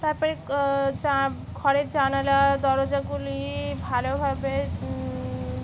তারপরে ঘরের জানালা দরজাগুলি ভালোভাবে